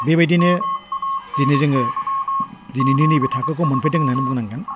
बेबायदिनो दिनै जोङो दिनैनि नैबे थाखोखौ मोनफैदों होननानै बुंनांगोन